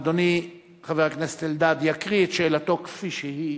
אדוני חבר הכנסת אלדד יקריא את שאלתו כפי שהיא,